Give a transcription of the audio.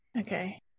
Okay